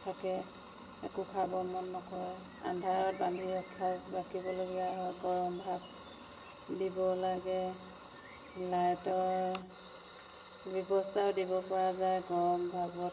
থাকে একো খাব মন নকৰে আন্ধাৰত বান্ধি ৰক্ষা ৰাখিবলগীয়া হয় গৰম ভাৱ দিব লাগে লাইটৰ ব্যৱস্থাও দিব পৰা যায় গৰম ভাৱত